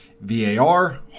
VAR